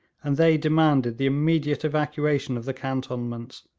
and they demanded the immediate evacuation of the cantonments,